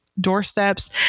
doorsteps